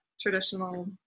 traditional